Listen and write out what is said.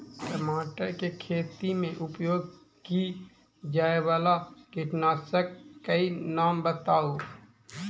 टमाटर केँ खेती मे उपयोग की जायवला कीटनासक कऽ नाम बताऊ?